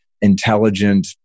intelligent